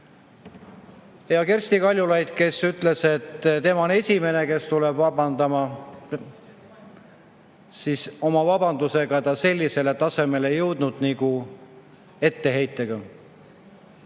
Kersti Kaljulaid, kes ütles, et tema on esimene, kes tuleb vabandama, oma vabandusega sellisele tasemele nagu etteheitega